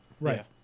Right